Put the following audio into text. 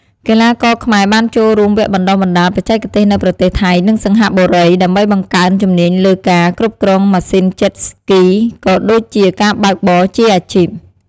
កីឡាករខ្មែរបានចូលរួមវគ្គបណ្តុះបណ្តាលបច្ចេកទេសនៅប្រទេសថៃ និងសិង្ហបុរី ដើម្បីបង្កើនជំនាញលើការគ្រប់គ្រងម៉ាស៊ីន Jet Ski ក៏ដូចជាការបើកបរជាអាជីព។